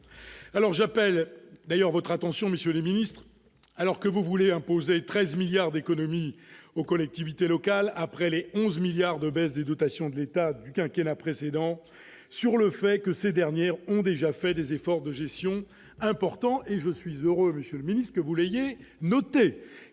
alors j'appelle d'ailleurs votre attention, Monsieur le Ministre, alors que vous voulez imposer 13 milliards d'économie aux collectivités locales, après les 11 milliards de baisse des dotations de l'État du quinquennat précédent sur le fait que ces dernières ont déjà fait des efforts de gestion important et je suis heureux, Monsieur le Ministre, que vous l'ayez noté